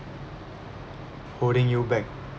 holding you back